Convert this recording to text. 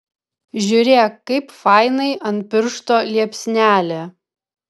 žiūrėk kaip fainai ant piršto liepsnelė